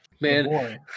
Man